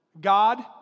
God